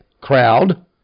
crowd